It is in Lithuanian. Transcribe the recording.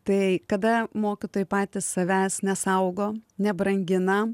tai kada mokytojai patys savęs nesaugo nebrangina